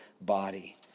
body